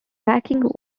backing